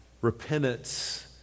repentance